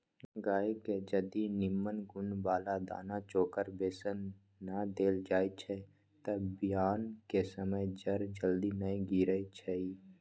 गाय के जदी निम्मन गुण बला दना चोकर बेसन न देल जाइ छइ तऽ बियान कें समय जर जल्दी न गिरइ छइ